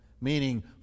meaning